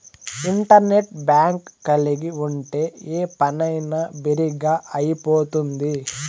internet bank కలిగి ఉంటే ఏ పనైనా బిరిగ్గా అయిపోతుంది